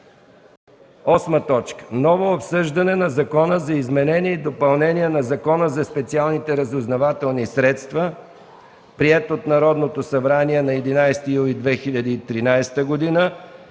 трета. 8. Ново обсъждане на Закона за изменение и допълнение на Закона за специалните разузнавателни средства, приет от Народното събрание на 11 юли 2013 г. и